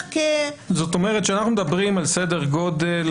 זאת אומרת כשאנחנו מדברים על סדר גודל,